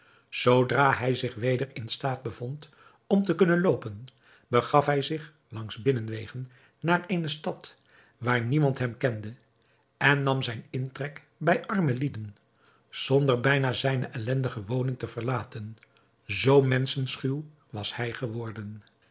zoodra hij zich weder in staat bevond om te kunnen loopen begaf hij zich langs binnenwegen naar eene stad waar niemand hem kende en nam zijn intrek bij arme lieden zonder bijna zijne ellendige woning te verlaten zoo menschenschuw was hij geworden